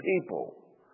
people